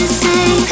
say